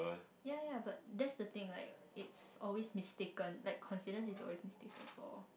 ya ya but that's the thing like it's always mistaken like confidence is always mistaken for